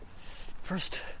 first